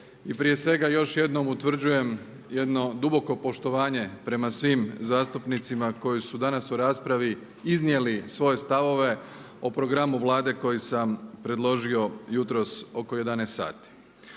I prije svega još jednom utvrđujem jedno duboko poštovanje prema svim zastupnicima koji su danas u raspravi iznijeli svoje stavove o programu Vlade koje sam predložio jutros oko 11 sati.